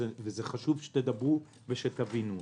וזה חשוב שתדברו ותבינו אותו.